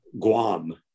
Guam